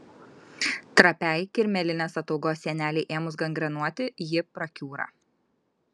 trapiai kirmėlinės ataugos sienelei ėmus gangrenuoti ji prakiūra